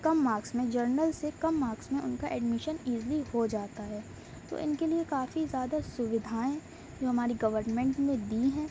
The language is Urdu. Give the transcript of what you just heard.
کم مارکس میں جرنل سے کم مارکس میں ان کا ایڈمیشن ایزیلی ہو جاتا ہے تو ان کے لیے کافی زیادہ سویدھائیں ہماری گورمینٹ نے دی ہیں